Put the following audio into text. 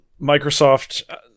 Microsoft